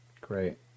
Great